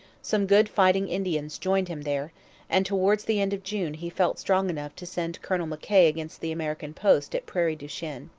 some good fighting indians joined him there and towards the end of june he felt strong enough to send colonel mckay against the american post at prairie du chien.